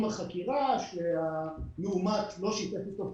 החקירה שהמאומת לא שיתף איתו פעולה,